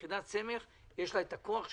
אבל ליחידת סמך יש את הכוח שלה,